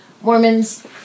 Mormons